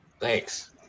Thanks